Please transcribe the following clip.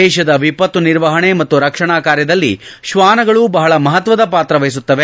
ದೇಶದ ವಿಪತ್ತು ನಿರ್ವಹಣೆ ಮತ್ತು ರಕ್ಷಣಾ ಕಾರ್ಯದಲ್ಲಿ ಶ್ವಾನಗಳು ಬಹಳ ಮಹತ್ತದ ಪಾತ್ರ ವಹಿಸುತ್ತವೆ